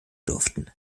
durften